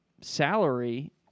salary